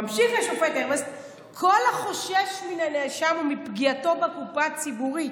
ממשיך השופט הרבסט: "כל החושש מן הנאשם ומפגיעתו בקופה הציבורית